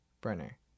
Brenner